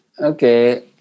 Okay